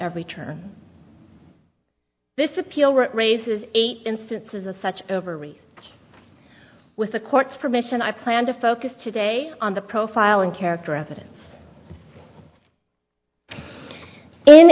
every turn this appeal raises eight instances of such over race with the court's permission i plan to focus today on the profiling character evidence